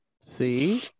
See